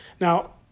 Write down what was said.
Now